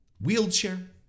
wheelchair